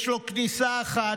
יש לו כניסה אחת,